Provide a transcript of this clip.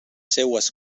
seues